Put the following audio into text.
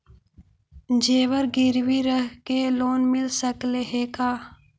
जेबर गिरबी रख के लोन मिल सकले हे का?